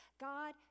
God